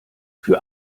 für